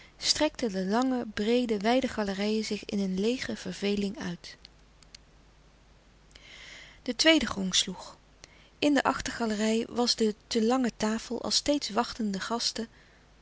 strekten de lange breede wijde galerijen zich in een leêge verveling uit de tweede gong sloeg in de achtergalerij was de te lange tafel als steeds wachtende gasten